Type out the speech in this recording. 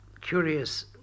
curious